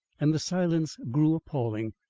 and the silence grew appalling.